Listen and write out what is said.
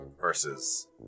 versus